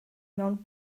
mewn